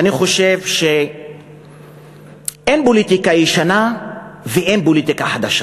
אני חושב שאין פוליטיקה ישנה ואין פוליטיקה חדשה,